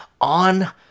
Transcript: on